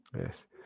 yes